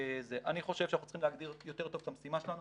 אני חושב שאנחנו צריכים להגדיר יותר טוב את המשימה שלנו.